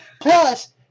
plus